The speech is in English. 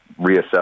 reassess